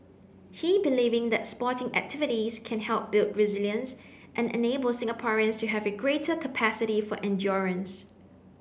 he believing that sporting activities can help build resilience and enable Singaporeans to have a greater capacity for endurance